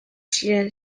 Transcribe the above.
ziren